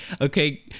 okay